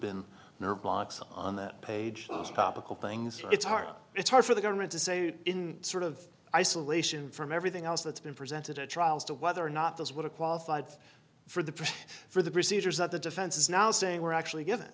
been nerve blocks on that page things it's hard it's hard for the government to say in sort of isolation from everything else that's been presented a trials to whether or not those were qualified for the press for the procedures that the defense is now saying we're actually given